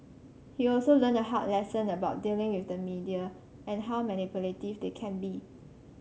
he also learned a hard lesson about dealing with the media and how manipulative they can be